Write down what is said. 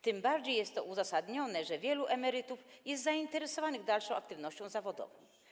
Tym bardziej jest to uzasadnione, że wielu emerytów jest zainteresowanych dalszą aktywnością zawodową.